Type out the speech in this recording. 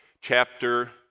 chapter